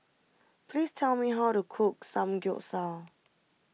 please tell me how to cook Samgyeopsal